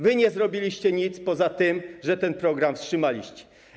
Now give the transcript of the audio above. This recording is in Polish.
Wy nie zrobiliście nic, poza tym, że ten program wstrzymaliście.